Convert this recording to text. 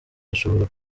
ashobora